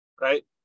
right